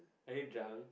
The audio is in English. are you drunk